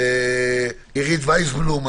עירית ויסבלום,